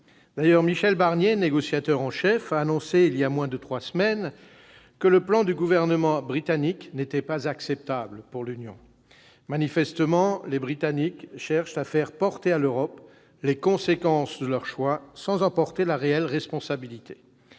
D'ailleurs, Michel Barnier, négociateur en chef, a annoncé il y a moins de trois semaines que le plan du gouvernement britannique n'était pas acceptable pour l'Union. Manifestement, les Britanniques cherchent à faire porter à l'Europe les conséquences de leur choix, sans en assumer la véritable responsabilité.